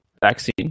vaccine